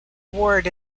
ward